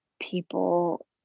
people